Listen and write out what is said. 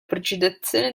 progettazione